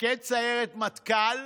מפקד סיירת מטכ"ל,